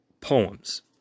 poems